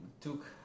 took